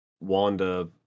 Wanda